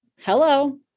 Hello